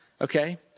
Okay